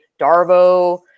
Darvo